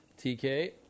TK